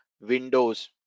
Windows